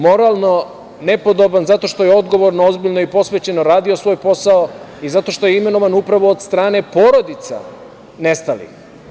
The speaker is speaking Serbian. Moralno nepodoban zato što je odgovorno, ozbiljno i posvećeno radio svoj posao i zato što je imenovan od strane porodica nestalih.